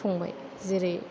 संबाय जेरै